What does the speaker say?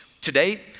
Today